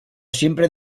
siempre